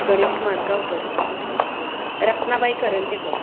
Ganesh Majgaonkar Ratnabai Karanjekar